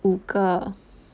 五个